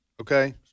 Okay